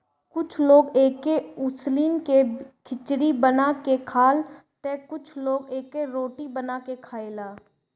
कुछ लोग एके उसिन के खिचड़ी बना के खाला तअ कुछ लोग एकर रोटी बना के खाएला